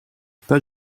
pas